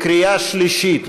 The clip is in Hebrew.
בקריאה שלישית.